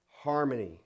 harmony